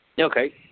Okay